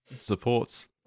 supports